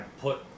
put